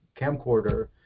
camcorder